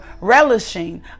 relishing